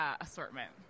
assortment